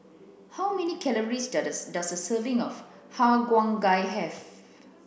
how many calories does the does a serving of har cheong gai have